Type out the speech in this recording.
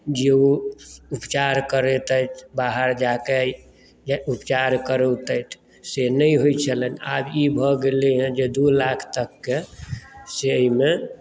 जे ओ उपचार करेतथि बाहर जा कऽ या उपचार करोतथि से नहि होइ छलनि आब ई भऽ गेलै हन जे दू लाख तककेँ से एहि मे